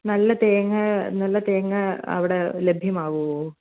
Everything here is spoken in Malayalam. നല്ല തേങ്ങ നല്ല തേങ്ങ അവിടെ ലഭ്യമാവുവൊ